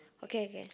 okay okay